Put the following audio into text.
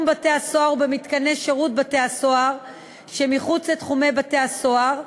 בתי-הסוהר ובמתקני שירות בתי-הסוהר שמחוץ לתחומי בתי-הסוהר,